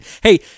Hey